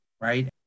right